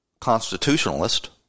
constitutionalist